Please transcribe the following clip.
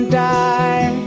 die